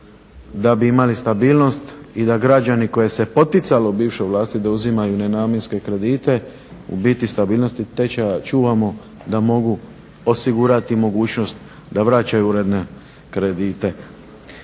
da bi imali stabilnost i da građani koje se poticalo u bivšoj vlasti da uzimaju nenamjenske kredite, ubiti stabilnosti tečaja čuvamo da mogu osigurati mogućnost da vraćaju uredne kredite.